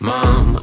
Mom